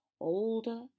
Older